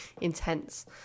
intense